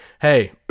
hey